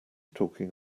talking